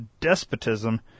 despotism